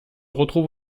retrouve